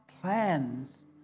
plans